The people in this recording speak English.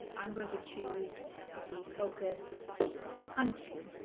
i'm going to choose the focus hunting